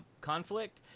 conflict